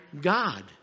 God